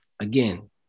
Again